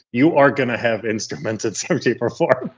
you are going to have instruments at seventy perform.